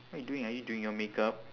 what you doing are you doing your makeup